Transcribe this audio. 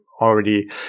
Already